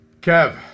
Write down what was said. Kev